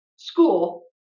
school